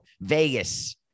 Vegas